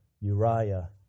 Uriah